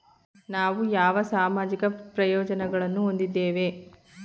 ನಾವು ಯಾವ ಸಾಮಾಜಿಕ ಪ್ರಯೋಜನಗಳನ್ನು ಹೊಂದಿದ್ದೇವೆ?